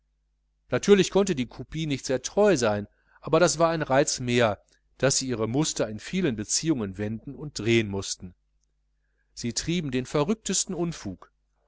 natürlich konnte die kopie nicht sehr treu sein aber das war ein reiz mehr daß sie ihre muster in vielen beziehungen wenden und drehen mußten sie trieben den verrücktesten unfug